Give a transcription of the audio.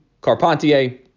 Carpentier